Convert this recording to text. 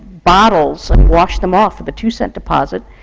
bottles and wash them off for the two cent deposit,